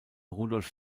rudolf